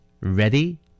Ready